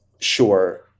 Sure